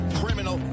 criminal